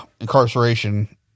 incarceration